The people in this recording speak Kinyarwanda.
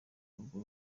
urwo